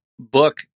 book